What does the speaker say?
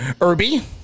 Irby